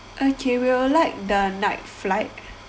okay we'll like the night flight